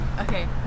Okay